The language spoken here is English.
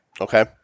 Okay